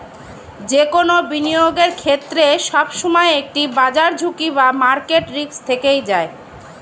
যে কোনো বিনিয়োগের ক্ষেত্রে, সবসময় একটি বাজার ঝুঁকি বা মার্কেট রিস্ক থেকেই যায়